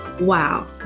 Wow